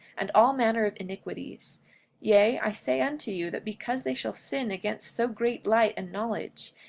and all manner of iniquities yea, i say unto you, that because they shall sin against so great light and knowledge,